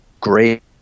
great